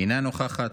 אינה נוכחת.